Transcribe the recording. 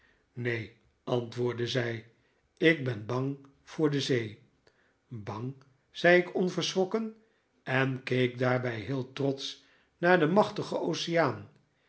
neen antwoordde zij ik ben bang voor de zee bang zei ik onverschrokken en keek daarbij heel trotsch naar den machtigen oceaan